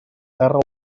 terra